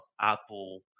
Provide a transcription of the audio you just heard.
Apple